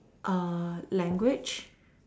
err language